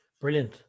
Brilliant